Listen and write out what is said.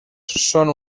són